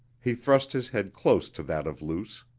he thrust his head close to that of luce.